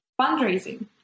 fundraising